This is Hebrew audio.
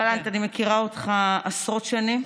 גלנט, אני מכירה אותך עשרות שנים,